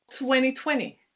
2020